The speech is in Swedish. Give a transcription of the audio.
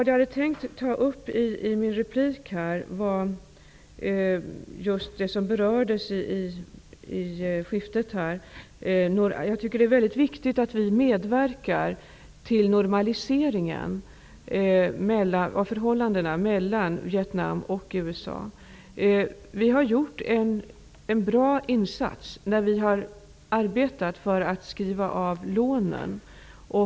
Jag hade i mitt genmäle tänkt ta upp just det som har berörts i replikskiftet, nämligen vikten av att vi medverkar till normaliseringen av förhållandet mellan Vietnam och USA. Vi har gjort en bra insats när vi har arbetat för en låneavskrivning.